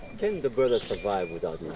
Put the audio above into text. can the brothers survive without